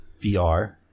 VR